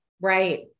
Right